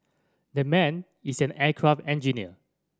that man is an aircraft engineer